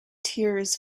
tears